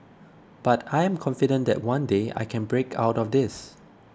but I am confident that one day I can break out of this